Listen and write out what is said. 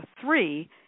three